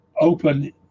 open